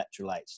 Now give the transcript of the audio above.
electrolytes